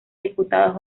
diputados